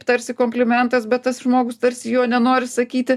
tarsi komplimentas bet tas žmogus tarsi jo nenori sakyti